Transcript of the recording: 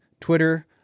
Twitter